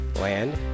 Land